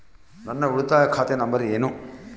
ನನ್ನ ಉಳಿತಾಯ ಖಾತೆ ನಂಬರ್ ಏನು?